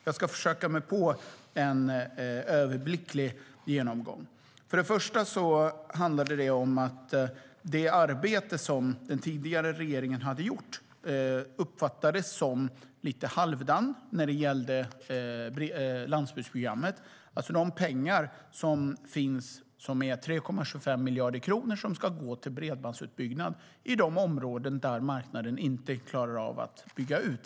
Jag ska försöka mig på en överblickande genomgång. Först och främst handlar det om att det arbete som den tidigare regeringen hade gjort uppfattades som lite halvdant när det gäller Landsbygdsprogrammet, alltså de 3,25 miljarder kronor som ska gå till bredbandsutbyggnad i de områden där marknaden inte klarar av att bygga ut det.